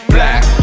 Black